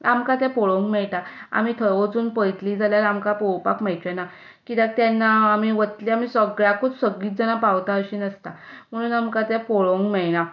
आमकां तें पळोवंक मेळटा आमी थंय वचून पळयतलीं जाल्यार आंमकां पळोवपाक मेळचें ना कित्याक तेन्ना आमी वतलीं आमी सगळ्यांकूच सगळीं जाणां पावता अशीं नासता म्हणून आमकां तें पळोवंक मेळना